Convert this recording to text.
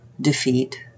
defeat